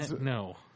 No